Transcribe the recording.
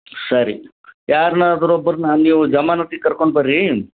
ಸರಿ ಯಾರನ್ನಾದ್ರು ಒಬ್ಬರನ್ನ ನೀವು ಜಮಾನ್ ಒಟ್ಟಿಗೆ ಕರ್ಕೊಂಡು ಬರ್ರಿ